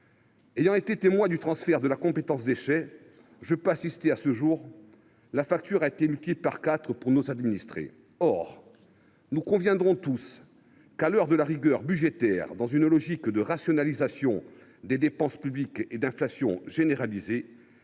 Ayant été témoin du transfert de la compétence « déchets », je peux attester qu’à ce jour la facture a été multipliée par quatre pour nos administrés. Nous conviendrons tous qu’à l’heure de la rigueur budgétaire, dans une logique de rationalisation des dépenses publiques et d’inflation généralisée,